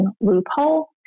loophole